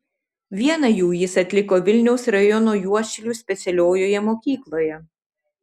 vieną jų jis atliko vilniaus rajono juodšilių specialiojoje mokykloje